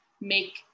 make